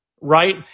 right